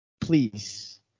Please